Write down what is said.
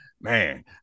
man